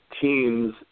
teams